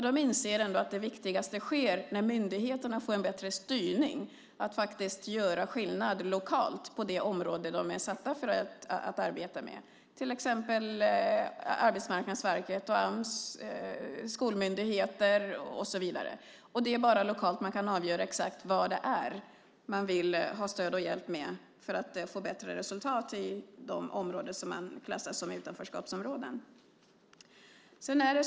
De inser ändå att det viktigaste sker när myndigheterna får en bättre styrning och kan göra skillnad lokalt på det område som de är satta att arbeta med. Det gäller till exempel Arbetsmarknadsverket, Ams, skolmyndigheter och så vidare. Det är bara lokalt man kan avgöra exakt vad det är man vill ha stöd och hjälp med för att få bättre resultat i de områden som klassas som utanförskapsområden.